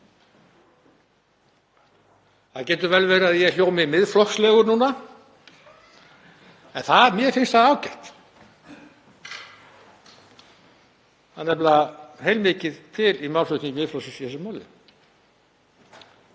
Það getur vel verið að ég hljómi miðflokkslegur núna, en mér finnst það ágætt. Það er nefnilega heilmikið til í málflutningi Miðflokksins í þessu máli.